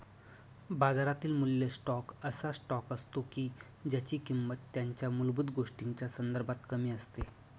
बाजारातील मूल्य स्टॉक असा स्टॉक असतो की ज्यांची किंमत त्यांच्या मूलभूत गोष्टींच्या संदर्भात कमी असते